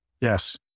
Yes